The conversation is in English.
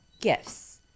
gifts